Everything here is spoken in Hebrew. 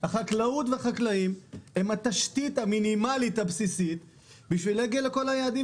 החקלאות והחקלאים הם התשתית המינימלית הבסיסית בשביל להגיע לכל היעדים